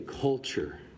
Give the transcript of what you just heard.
culture